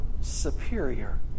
superior